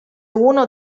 uno